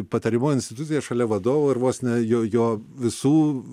patariamoji institucija šalia vadovo ir vos ne jo jo visų